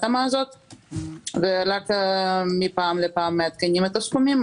ההתאמה הזאת ורק מפעם לפעם מעדכנים את הסכומים,